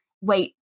Wait